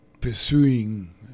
pursuing